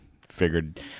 figured